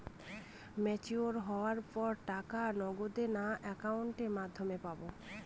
Mature হওয়ার পর টাকা নগদে না অ্যাকাউন্টের মাধ্যমে পাবো?